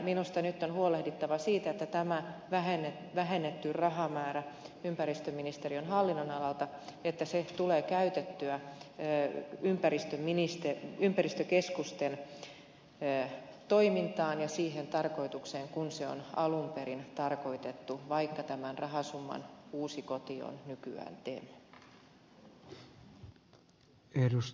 minusta nyt on huolehdittava siitä että tämä ympäristöministeriön hallinnonalalta vähennetty rahamäärä tulee käytettyä ympäristökeskusten toimintaan ja siihen tarkoitukseen mihin se on alun perin tarkoitettu vaikka tämän rahasumman uusi koti on nykyään tem